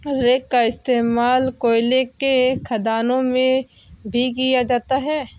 rake का इश्तेमाल कोयले के खदानों में भी किया जाता है